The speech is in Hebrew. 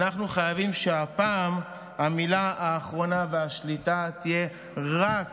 אנחנו חייבים שהפעם המילה האחרונה והשליטה תהיה רק